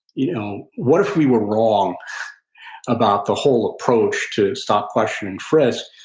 you know what if we were wrong about the whole approach to stop, question, and frisk?